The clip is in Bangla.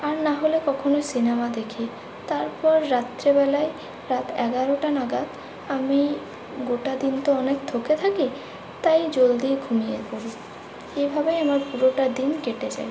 আর নাহলে কখনও সিনেমা দেখি তারপর রাত্রিবেলায় রাত এগারোটা নাগাদ আমি গোটা দিন তো অনেক থকে থাকি তাই জলদিই ঘুমিয়ে পড়ি এভাবেই আমার পুরোটা দিন কেটে যায়